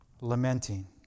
lamenting